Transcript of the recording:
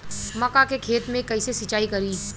मका के खेत मे कैसे सिचाई करी?